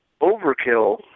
overkill